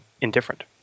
indifferent